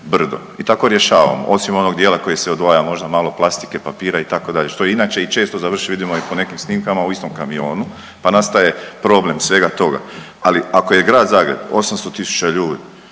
I tako rješavamo osim onog dijela koji se odvaja možda malo plastike, papira itd. što inače i često završi vidimo i po nekim snimkama u istom kamionu, pa nastaje problem svega toga. Ali ako je grad Zagreb 800 000 ljudi